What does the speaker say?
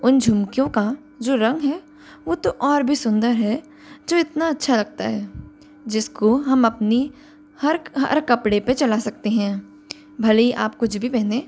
उन झुमकियों का जो रंग है वह तो और भी सुन्दर है जो इतना अच्छा लगता है जिसको हम अपनी हर हर कपड़े पर चला सकते हैं भले ही आप कुछ भी पहने